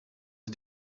ist